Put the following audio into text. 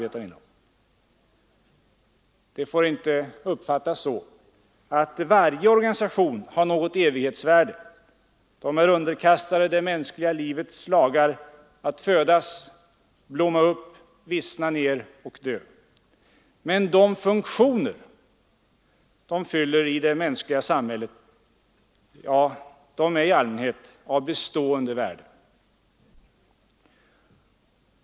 Detta får inte uppfattas så, att varje organisation har något evighetsvärde. De är underkastade det mänskliga livets lagar: att födas, blomma upp, vissna ner och dö. Men de funktioner de fyller i det mänskliga samhället är i allmänhet av bestående värde.